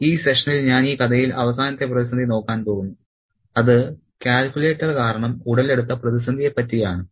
ഈ സെഷനിൽ ഞാൻ ഈ കഥയിലെ അവസാനത്തെ പ്രതിസന്ധി നോക്കാൻ പോകുന്നു അത് കാൽക്കുലേറ്റർ കാരണം ഉടലെടുത്ത പ്രതിസന്ധിയെ പറ്റി ആണ്